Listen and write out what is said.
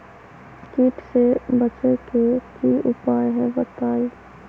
कीट से बचे के की उपाय हैं बताई?